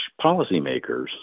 policymakers